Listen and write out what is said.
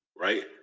right